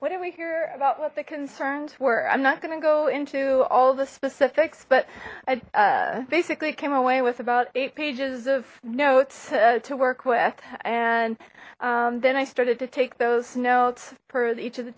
what did we hear about what the concerns were i'm not gonna go into all the specifics but i basically came away with about eight pages of notes to work with and then i started to take those notes for each of the